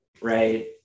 right